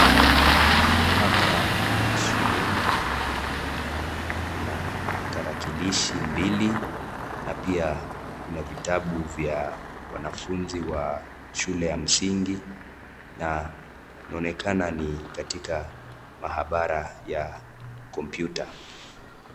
Hapa ni shuleni, na kuna tarakilishi mbili na pia kuna vitabu vya wanafunzi wa shule ya msingi na inaonekana ni katika mahabara ya kompyuta.